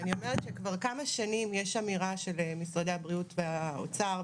כבר כמה שנים יש אמירה של משרדי הבריאות והאוצר,